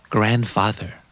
Grandfather